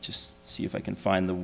just see if i can find the